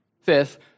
fifth